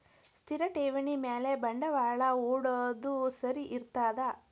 ಸ್ಥಿರ ಠೇವಣಿ ಮ್ಯಾಲೆ ಬಂಡವಾಳಾ ಹೂಡೋದು ಸರಿ ಇರ್ತದಾ?